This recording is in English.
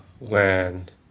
land